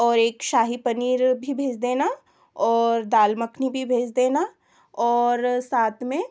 और एक शाही पनीर भी भेज देना और दाल मखनी भी भेज देना और साथ में